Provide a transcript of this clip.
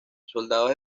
soldados